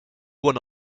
one